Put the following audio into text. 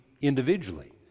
individually